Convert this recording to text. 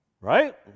Right